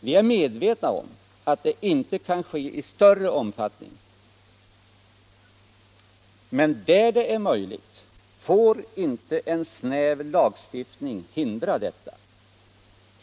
Vi är medvetna om att det inte kan ske i större omfattning, men där det är möjligt får inte en snäv lagstiftning hindra detta.